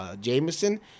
Jameson